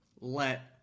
let